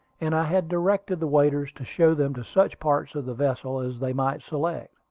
and i had directed the waiters to show them to such parts of the vessel as they might select.